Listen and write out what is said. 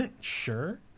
Sure